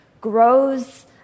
grows